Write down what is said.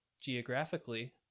geographically